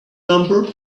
number